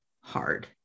hard